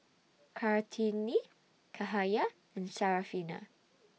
Kartini Cahaya and Syarafina